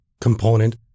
component